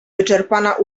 wyczerpana